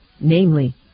namely